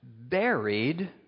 buried